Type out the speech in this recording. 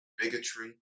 bigotry